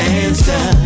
answer